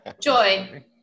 Joy